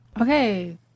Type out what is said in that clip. Okay